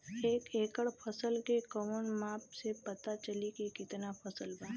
एक एकड़ फसल के कवन माप से पता चली की कितना फल बा?